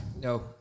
No